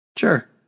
Sure